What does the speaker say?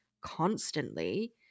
constantly